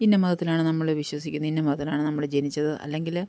ഇന്ന മതത്തിലാണ് നമ്മള് വിശ്വസിക്കുന്നെ ഇന്ന മതത്തിലാണ് നമ്മള് ജനിച്ചത് അല്ലെങ്കില്